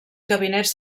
gabinets